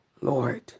Lord